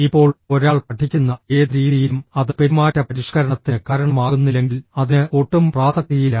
ഇപ്പോൾ ഒരാൾ പഠിക്കുന്ന ഏത് രീതിയിലും അത് പെരുമാറ്റ പരിഷ്ക്കരണത്തിന് കാരണമാകുന്നില്ലെങ്കിൽ അതിന് ഒട്ടും പ്രാസക്തിയില്ല